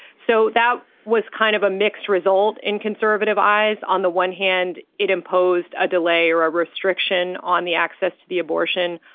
so that was kind of a mixed result in conservative eyes. on the one hand it imposed imposed a delay or a restriction on the access to the abortion.